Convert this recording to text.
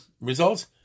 results